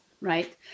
Right